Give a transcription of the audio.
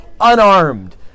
unarmed